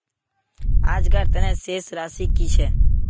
आजकार तने शेष राशि कि छे?